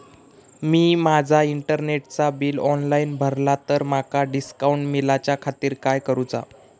मी माजा इंटरनेटचा bill online भरला तर माका डिस्काउंट मिलाच्या खातीर काय करुचा?